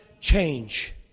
change